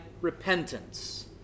repentance